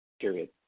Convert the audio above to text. Period